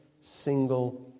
single